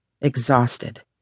exhausted